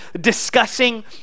discussing